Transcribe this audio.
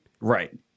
Right